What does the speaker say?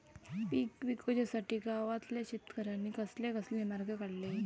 पीक विकुच्यासाठी गावातल्या शेतकऱ्यांनी कसले कसले मार्ग काढले?